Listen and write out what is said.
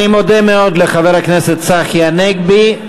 אני מודה מאוד לחבר הכנסת צחי הנגבי,